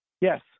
Yes